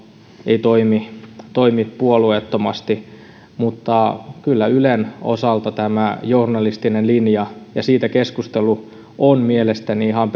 ei toimi toimi puolueettomasti mutta kyllä ylen osalta tämä journalistinen linja ja siitä keskustelu ovat mielestäni ihan